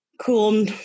cool